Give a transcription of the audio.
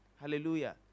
Hallelujah